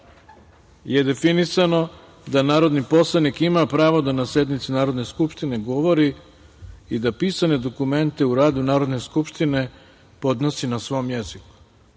je definisano da narodni poslanik ima pravo da na sednici Narodne skupštine govori i da pisane dokumente u radu Narodne skupštine podnosi na svom jeziku.